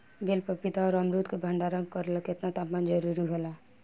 बेल पपीता और अमरुद के भंडारण करेला केतना तापमान जरुरी होला?